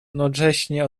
nocześnie